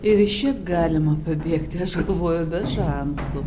ir iš čia galima pabėgti aš galvoju be šansų